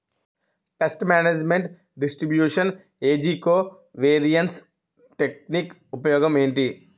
paste management distribution ఏజ్జి covariance technique ఉపయోగం ఏంటి